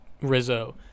Rizzo